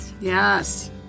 Yes